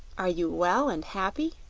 are you well and happy?